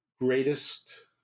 greatest